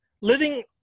Living